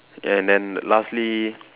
and then lastly